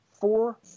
four